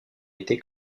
été